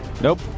nope